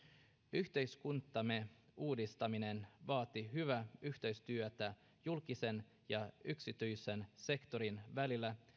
yhteiskuntamme uudistaminen vaatii hyvää yhteistyötä julkisen ja yksityisen sektorin välillä